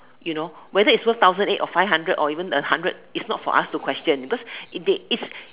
you know whether its worth thousand eight or five hundred or even a hundred its not for us to question because its